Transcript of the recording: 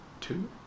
two